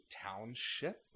township